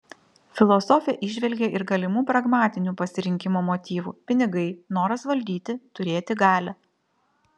filosofė įžvelgė ir galimų pragmatinių pasirinkimo motyvų pinigai noras valdyti turėti galią